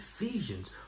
Ephesians